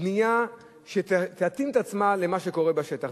בנייה שתתאים את עצמה למה שקורה בשטח.